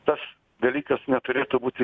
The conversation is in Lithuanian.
tas dalykas neturėtų būti